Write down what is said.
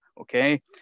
Okay